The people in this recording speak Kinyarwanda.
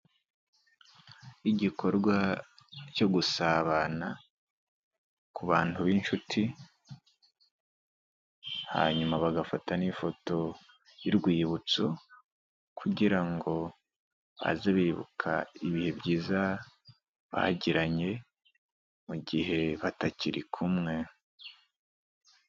Igikorwa cyo gusabana ku bantu b'inshuti, hanyuma bagafata n'ifoto y'urwibutso kugira ngo ngo bajye bibuka ibihe byiza bagiranye, mu gihe batakiri kumwe.